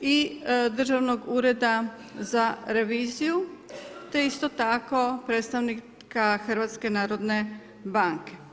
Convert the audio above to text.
i Državnog ureda za reviziju te isto tako predstavnika Hrvatske narodne banke.